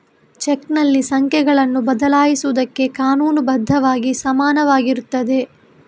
ಚೆಕ್ನಲ್ಲಿ ಸಂಖ್ಯೆಗಳನ್ನು ಬದಲಾಯಿಸುವುದಕ್ಕೆ ಕಾನೂನು ಬದ್ಧವಾಗಿ ಸಮಾನವಾಗಿರುತ್ತದೆ